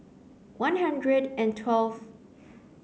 one hundred and twelfth